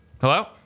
hello